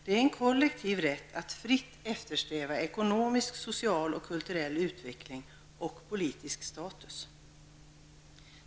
Det är en kollektiv rätt att fritt eftersträva ekonomisk, social och kulturell utveckling samt politisk status.